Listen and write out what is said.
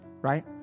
right